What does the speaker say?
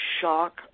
shock